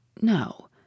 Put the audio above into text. No